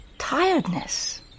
Tiredness